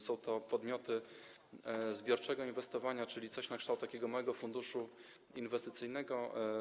Są to podmioty zbiorczego inwestowania, czyli coś na kształt takiego małego funduszu inwestycyjnego.